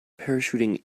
parachuting